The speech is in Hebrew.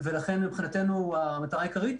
ולכן מבחינתנו המטרה העיקרית